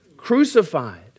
crucified